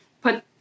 put